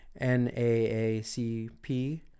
NAACP